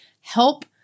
help